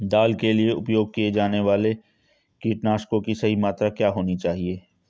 दाल के लिए उपयोग किए जाने वाले कीटनाशकों की सही मात्रा क्या होनी चाहिए?